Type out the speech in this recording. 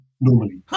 normally